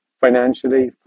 financially